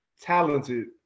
talented